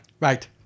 Right